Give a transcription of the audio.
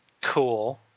cool